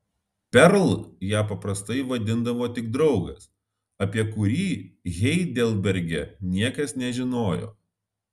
perl ją paprastai vadindavo tik draugas apie kurį heidelberge niekas nežinojo